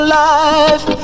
life